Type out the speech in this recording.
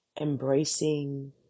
embracing